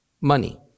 money